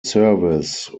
service